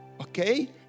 Okay